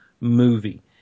movie